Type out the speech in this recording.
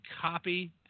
copy